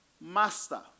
Master